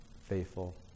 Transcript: faithful